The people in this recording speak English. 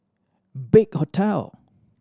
Big Hotel